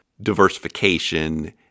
diversification